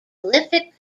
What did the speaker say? prolific